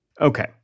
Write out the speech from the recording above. Okay